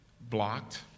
blocked